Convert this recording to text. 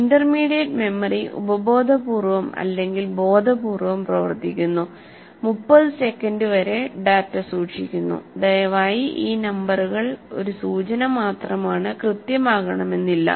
intermediate memory ഉപബോധപൂർവ്വം അല്ലെങ്കിൽ ബോധപൂർവ്വം പ്രവർത്തിക്കുന്നു 30 സെക്കൻഡ് വരെ ഡാറ്റ സൂക്ഷിക്കുന്നു ദയവായി ഈ നമ്പറുകൾ ഒരു സൂചനമാത്രമാണ് കൃത്യമാകണമെന്നില്ല